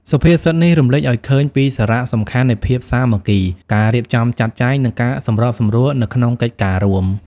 សុភាសិតនេះរំលេចឲ្យឃើញពីសារៈសំខាន់នៃភាពសាមគ្គី ការរៀបចំចាត់ចែង និងការសម្របសម្រួលនៅក្នុងកិច្ចការរួម។